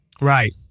Right